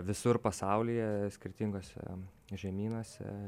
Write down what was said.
visur pasaulyje skirtinguose žemynuose